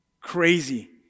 Crazy